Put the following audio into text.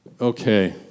okay